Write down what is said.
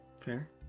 Fair